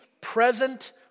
present